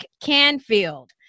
Canfield